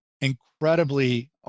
incredibly